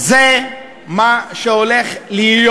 זה מה שהולך להיות.